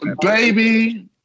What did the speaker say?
baby